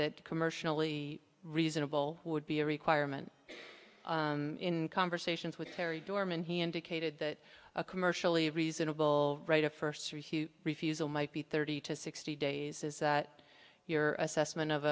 that commercially reasonable would be a requirement in conversations with terry dorman he indicated that a commercially reasonable right of first refusal might be thirty to sixty days is that your assessment of